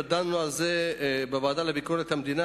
ודנו על זה בוועדה לביקורת המדינה,